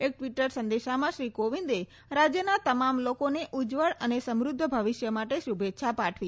એક ટ્વીટર સંદેશામાં શ્રી કોવિંદે રાજ્યના તમામ લોકોને ઉજ્જવળ અને સમૃદ્ધ ભવિષ્ય માટે શુભેચ્છા પાઠવી